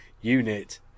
Unit